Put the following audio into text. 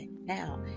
Now